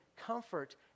comfort